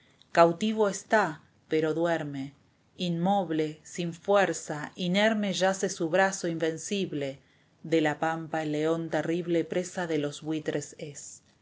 cautivo está pero duerme inmoble sin fuerza inerme yace su brazo invencible la cautiva de la pampa el león terrible presa de los buitres es